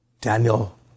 Daniel